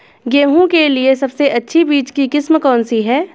गेहूँ के लिए सबसे अच्छी बीज की किस्म कौनसी है?